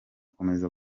akomeza